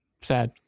Sad